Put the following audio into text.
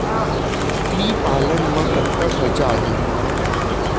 कुकरी पालन म कतका खरचा आही?